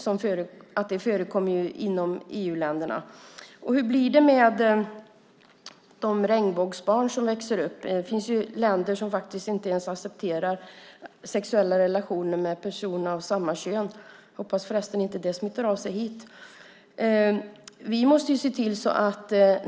Det förekommer inom EU-länderna. Hur blir det med de regnbågsbarn som växer upp? Det finns länder som faktiskt inte ens accepterar sexuella relationer mellan personer av samma kön. Hoppas förresten att det inte smittar av sig hit.